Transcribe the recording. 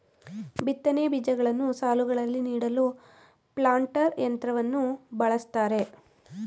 ಬಿತ್ತನೆ ಬೀಜಗಳನ್ನು ಸಾಲುಗಳಲ್ಲಿ ನೀಡಲು ಪ್ಲಾಂಟರ್ ಯಂತ್ರವನ್ನು ಬಳ್ಸತ್ತರೆ